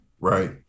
right